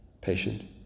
Patient